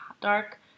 dark